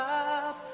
up